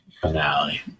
finale